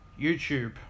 YouTube